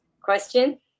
question